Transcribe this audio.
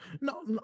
No